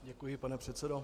Děkuji, pane předsedo.